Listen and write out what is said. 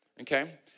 Okay